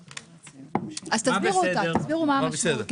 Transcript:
אז תסבירו אותה, תסבירו מה המשמעות.